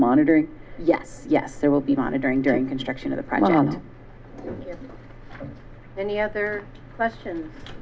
monitoring yes yes there will be monitoring during construction of the problem as any other questions